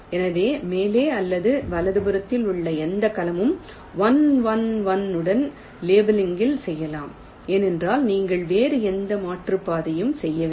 எனவே மேலே அல்லது வலதுபுறத்தில் உள்ள எந்த கலமும் 1 1 1 உடன் லேபிளிங்கில் செல்லலாம் ஏனென்றால் நீங்கள் வேறு எந்த மாற்றுப்பாதையும் செய்யவில்லை